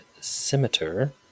Scimitar